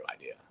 idea